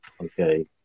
okay